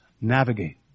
navigate